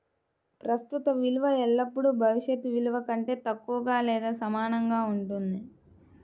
ప్రస్తుత విలువ ఎల్లప్పుడూ భవిష్యత్ విలువ కంటే తక్కువగా లేదా సమానంగా ఉంటుంది